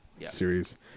series